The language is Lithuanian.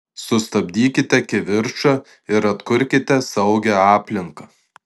sustabdykite kivirčą ir atkurkite saugią aplinką